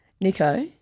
Nico